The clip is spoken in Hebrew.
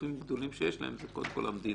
"גופים גדולים שיש להם" זה קודם כל המדינה.